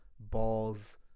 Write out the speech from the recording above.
Balls